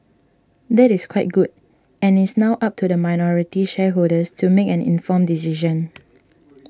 that is quite good and it's now up to minority shareholders to make an informed decision